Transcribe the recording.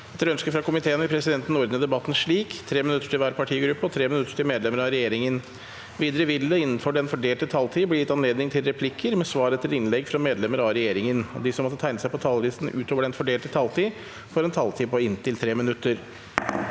energi- og miljøkomiteen vil presidenten ordne debatten slik: 3 minutter til hver partigruppe og 3 minutter til medlemmer av regjeringen. Videre vil det – innenfor den fordelte taletid – bli gitt anledning til replikker med svar etter innlegg fra medlemmer av regjeringen. De som måtte tegne seg på talerlisten utover den fordelte taletid, får også en taletid på inntil 3 minutter.